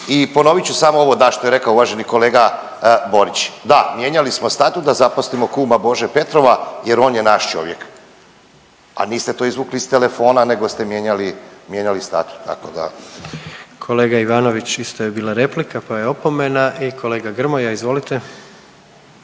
I ponovit ću samo ovo da što je rekao uvaženi kolega Borić. Da, mijenjali smo statut da zaposlimo kuma Bože Petrova jer on je naš čovjek, a niste to izvukli iz telefona nego ste mijenjali statut, tako da … **Jandroković, Gordan (HDZ)** Kolega Ivanović, isto je bila replika pa je opomena. Kolega Grmoja, izvolite.